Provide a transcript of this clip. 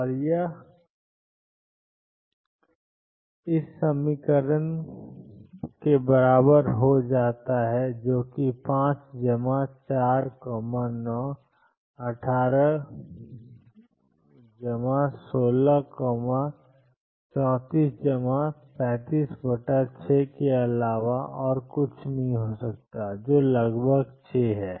और यह 14491166 हो जाता है जो कि 5 जमा 4 9 18 जमा 16 34 जमा 35 बटा 6 के अलावा और कुछ नहीं है जो लगभग 6 है